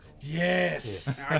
Yes